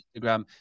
Instagram